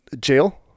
jail